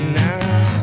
now